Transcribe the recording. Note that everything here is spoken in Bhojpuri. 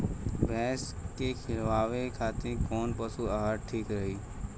भैंस के खिलावे खातिर कोवन पशु आहार ठीक रही?